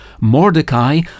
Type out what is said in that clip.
Mordecai